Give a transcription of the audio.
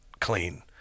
clean